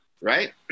right